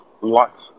lots